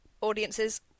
audiences